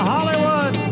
Hollywood